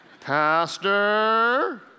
Pastor